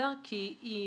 כי היא